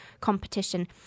competition